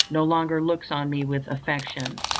no longer looks on me with affection,